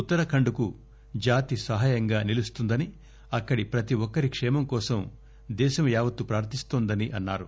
ఉత్తరాఖండ్ కు జాతి సహాయంగా నిలుస్తుందని అక్కడి ప్రతి ఒక్కరి సంక్షేమం కోసం జాతి యావత్తూ ప్రార్దిస్తోందని అన్నారు